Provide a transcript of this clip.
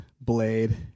blade